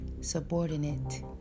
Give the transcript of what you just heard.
subordinate